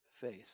faith